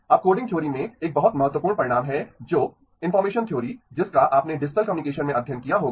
अब coding theory में एक बहुत महत्वपूर्ण परिणाम है जो इनफार्मेशन थ्योरी जिसका आपने डिजिटल कम्युनिकेशन में अध्ययन किया होगा